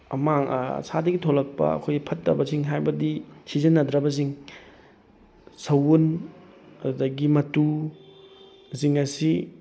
ꯁꯥꯗꯒꯤ ꯊꯣꯛꯂꯛꯄ ꯑꯩꯈꯣꯏ ꯐꯠꯇꯕꯁꯤꯡ ꯍꯥꯏꯕꯗꯤ ꯁꯤꯖꯤꯟꯅꯗ꯭ꯔꯕꯁꯤꯡ ꯁꯎꯟ ꯑꯗꯨꯗꯒꯤ ꯃꯇꯨ ꯁꯤꯡ ꯑꯁꯤ